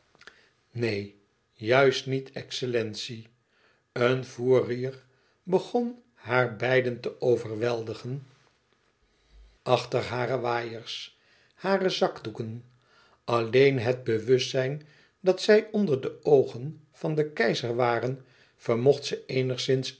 neen juist niet excellentie een fou rire begon haar beiden te overweldigen achter hare waaiers hare zakdoeken alleen het bewustzijn dat zij onder de oogen van den keizer waren vermocht ze eenigszins